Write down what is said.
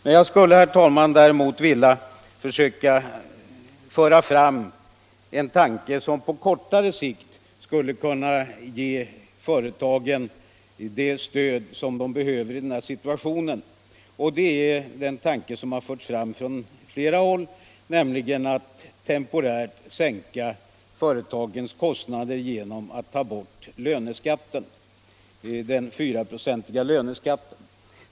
Däremot skulle jag vilja föra fram ett förslag som på kortare sikt skulle kunna ge företagen det stöd som de behöver i den här situationen. Det är en tanke som har väckts från flera håll, nämligen att man temporärt skulle sänka företagens kostnader genom att ta bort den 4-procentiga löneskatten.